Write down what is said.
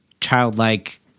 childlike